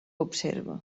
observa